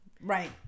Right